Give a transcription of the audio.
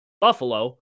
Buffalo